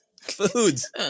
foods